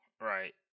Right